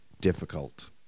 difficult